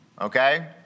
Okay